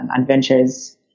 adventures